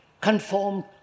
conform